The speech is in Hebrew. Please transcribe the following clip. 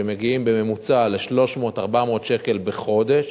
שמגיעים בממוצע ל-300 400 שקל בחודש,